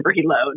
reload